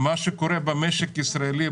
מה שקורה במשק הישראלי,